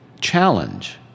challenge